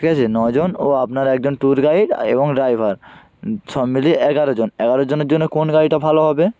ঠিক আছে ন জন ও আপনার একজন ট্যুর গাইড এবং ড্রাইভার সব মিলিয়ে এগারো জন এগারো জনের জন্য কোন গাড়িটা ভালো হবে